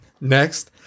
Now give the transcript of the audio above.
Next